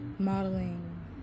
modeling